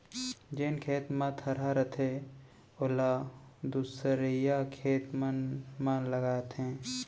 जेन खेत म थरहा रथे ओला दूसरइया खेत मन म लगाथें